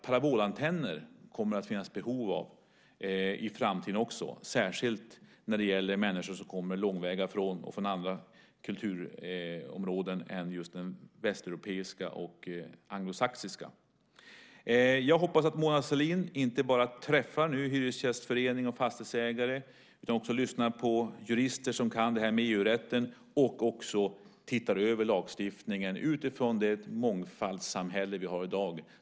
Parabolantenner kommer det alltså att finnas behov av också i framtiden, särskilt när det gäller människor som kommer långväga ifrån och från andra kulturområden än just det västeuropeiska och det anglosaxiska. Jag hoppas att Mona Sahlin nu inte bara träffar Hyresgästföreningen och Fastighetsägarna utan att hon också lyssnar på jurister som kan det här med EU-rätten och också ser över lagstiftningen utifrån det mångfaldssamhälle vi har i dag.